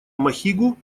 махигу